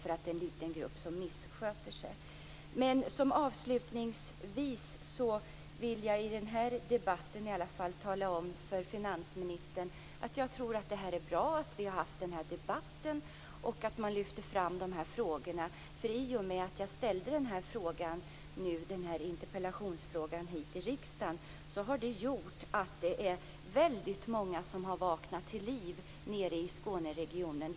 Jag vill tala om för finansministern att jag tror att det är bra att vi har haft denna debatt och att dessa frågor lyfts fram. I och med att jag har väckt interpellationen i riksdagen, har många vaknat till liv i Skåneregionen.